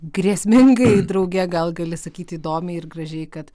grėsmingai drauge gal gali sakyti įdomiai ir gražiai kad